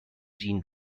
jean